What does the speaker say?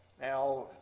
Now